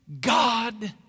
God